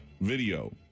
video